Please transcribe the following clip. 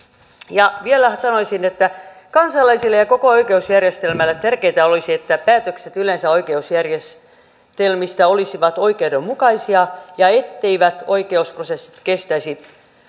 ja vielä sanoisin että kansalaisille ja koko oikeusjärjestelmälle tärkeintä olisi että päätökset yleensä oikeusjärjestelmistä olisivat oikeudenmukaisia ja etteivät oikeusprosessit